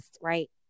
right